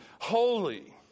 holy